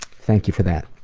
thank you for that.